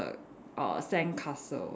a sandcastle